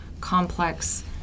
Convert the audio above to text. complex